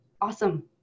awesome